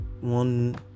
one